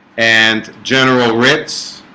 and general writs